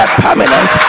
permanent